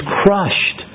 crushed